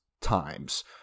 times